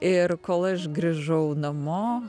ir kol aš grįžau namo